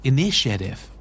Initiative